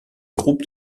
groupes